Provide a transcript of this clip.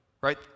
right